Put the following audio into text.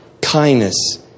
kindness